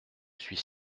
suis